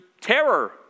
terror